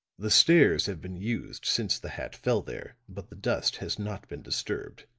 the stairs have been used since the hat fell there but the dust has not been disturbed.